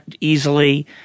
easily